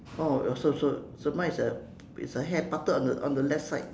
oh so so so mine is a is a hair parted on the on the left side